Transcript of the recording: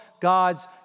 God's